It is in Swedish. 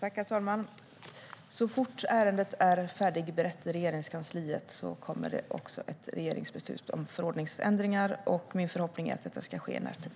Herr talman! Så fort ärendet är färdigberett i Regeringskansliet kommer det också ett regeringsbeslut om förordningsändringar. Min förhoppning är att detta ska ske i närtid.